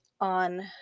on